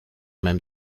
même